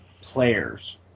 players